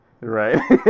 right